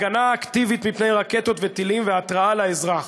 ההגנה האקטיבית מפני רקטות וטילים וההתרעה לאזרח,